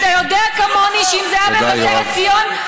אתה יודע כמוני שאם זה היה במבשרת ציון,